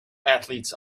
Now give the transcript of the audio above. athletes